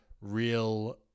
real